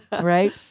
right